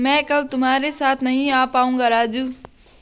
मैं कल तुम्हारे साथ नहीं आ पाऊंगा राजू